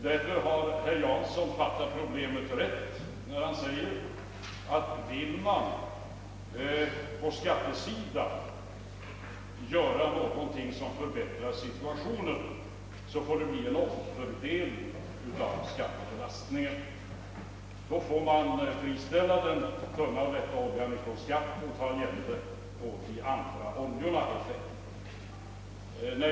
Därför har herr Jansson fattat problemet rätt när han menar, att vill man på skattesidan göra någonting som förbättrar situationen, får det bli en omfördelning av skattebelastningen, Då får man helt enkelt friställa den tunna och lätta oljan från skatt och ta igen förlusten på de andra oljorna.